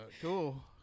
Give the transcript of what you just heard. Cool